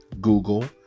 Google